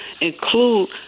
include